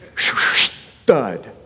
Thud